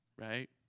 Right